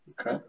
okay